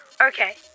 Okay